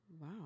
Wow